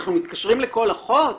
אנחנו מתקשרים לכל אחות?